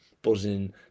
buzzing